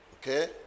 Okay